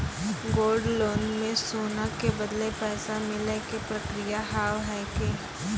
Gold loan मे सोना के बदले पैसा मिले के प्रक्रिया हाव है की?